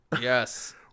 Yes